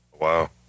Wow